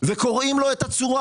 וקורעים לו את הצורה.